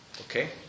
Okay